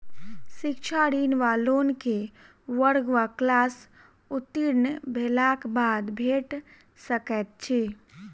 शिक्षा ऋण वा लोन केँ वर्ग वा क्लास उत्तीर्ण भेलाक बाद भेट सकैत छी?